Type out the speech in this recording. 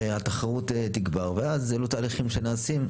והתחרות תגבר ואז אלו תהליכים שנעשים,